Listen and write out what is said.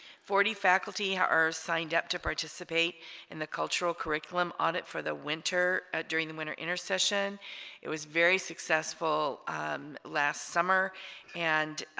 forty faculty are signed up to participate in the cultural curriculum on it for the winter ah during the winter intersession it was very successful um last summer and